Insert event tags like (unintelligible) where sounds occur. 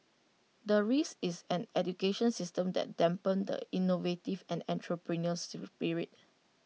the risk is an education system that dampen the innovative and entrepreneurial (unintelligible)